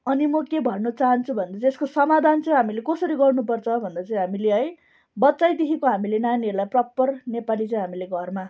अनि म के भन्नु चाहन्छु भन्दा चाहिँ यसको समाधान चाहिँ हामीले कसरी गर्नुपर्छ भन्दा चाहिँ हामीले है बच्चैदेखिको हामीले नानीहरूलाई प्रपर नेपाली चाहिँ हामीले घरमा